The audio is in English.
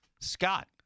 Scott